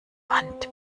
wand